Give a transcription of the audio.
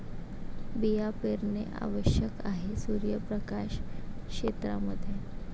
बिया पेरणे आवश्यक आहे सूर्यप्रकाश क्षेत्रां मध्ये